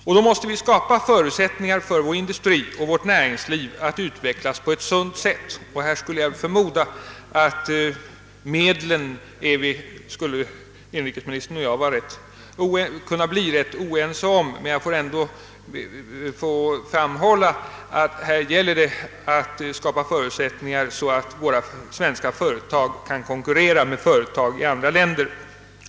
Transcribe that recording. Det krävs då att vi skapar förutsättningar för vår industri och vårt övriga näringsliv att utvecklas på ett sunt sätt. Jag skulle förmoda att inrikesministern och jag skulle kunna bli rätt oense om medlen, men jag vill ändå framhålla att här gäller det att skapa förutsättningar så att våra svenska företag kan konkurrera med företag i andra länder.